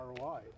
ROI